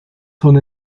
son